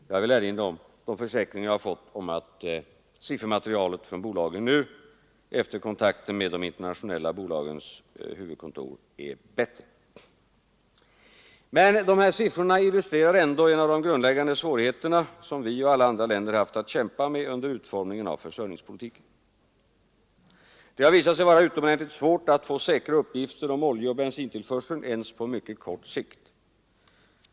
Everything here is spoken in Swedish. Jag vill erinra om de försäkringar jag fått om att siffermaterialet från bolagen nu, efter kontakter med de internationella bolagens huvudkontor, är bättre. Men de här siffrorna illustrerar ändå en av de grundläggande svårigheter som vi och alla andra länder haft att kämpa med under utformningen av försörjningspolitiken. Det har visat sig vara utomordentligt svårt att få säkra uppgifter om oljeoch bensintillförseln ens på mycket kort sikt.